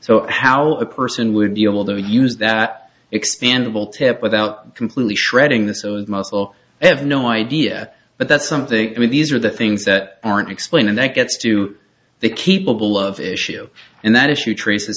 so how a person would be able to use that expandable tip without completely shredding the muscle i have no idea but that's something i mean these are the things that aren't explained that gets to the keep a ball of issue and that issue trace